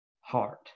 heart